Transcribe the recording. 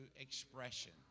expression